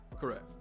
correct